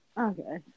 Okay